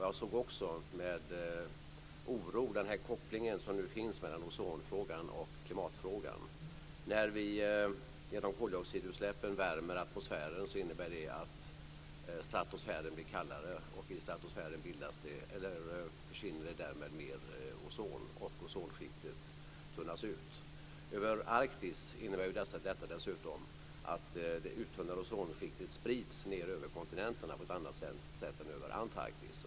Jag såg också med oro den koppling som finns mellan ozonfrågan och klimatfrågan. När vi genom koldioxidutsläppen värmer atmosfären innebär det att stratosfären blir kallare. I stratosfären försvinner det därmed mer ozon, och ozonskiktet tunnas ut. Över Arktis innebär detta dessutom att det uttunnade ozonskiktet sprids ned över kontinenterna på ett annat sätt än över Antarktis.